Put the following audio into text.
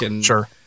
Sure